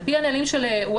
על פי הנהלים של ווצאפ,